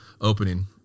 opening